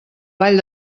ball